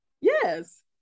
Yes